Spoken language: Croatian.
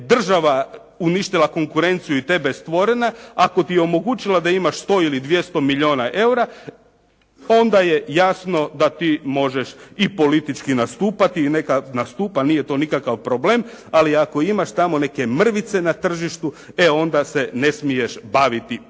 država uništila konkurenciju i tebe stvorila, ako ti je omogućila da imaš 100 ili 200 milijuna eura onda je jasno da ti možeš i politički nastupati i neka nastupa nije to nikakav problem. Ali ako imaš tamo neke mrvice na tržištu e onda se ne smiješ baviti politikom.